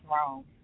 wrong